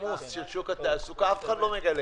עודד, אני מצטרף